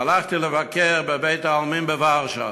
הלכתי לבקר בבית-העלמין בוורשה.